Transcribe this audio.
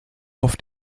auf